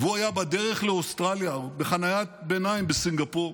והוא היה בדרך לאוסטרליה, בחניית ביניים בסינגפור.